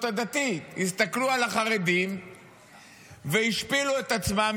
הדתית: הם הסתכלו על החרדים והשפילו את עצמם,